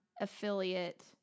Affiliate